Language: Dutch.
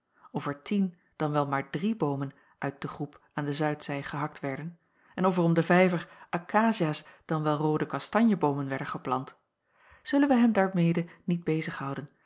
of er tien dan wel maar drie boomen uit de groep jacob van ennep laasje evenster aan de zuidzij gehakt werden en of er om den vijver akaciaas dan wel roode kastanjeboomen werden geplant zullen wij hem daarmede niet